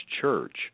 church